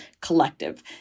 collective